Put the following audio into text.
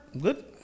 Good